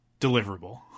deliverable